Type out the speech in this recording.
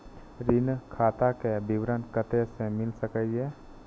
ऋण खाता के विवरण कते से मिल सकै ये?